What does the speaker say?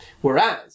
Whereas